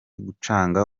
gucunga